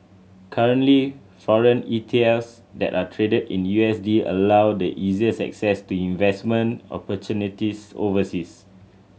currently foreign ETLs that are traded in U S D allow the easiest access to investment opportunities overseas